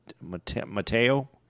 Mateo